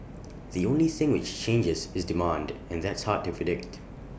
the only thing which changes is demand and that's hard to predict